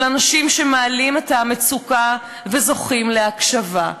של אנשים שמעלים את המצוקה וזוכים להקשבה,